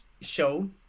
show